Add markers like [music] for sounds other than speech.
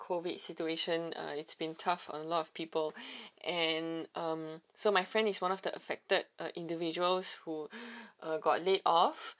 COVID situation uh it's been tough for a lot of people [breath] and um so my friend is one of the affected uh individuals who [breath] uh got laid off